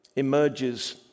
emerges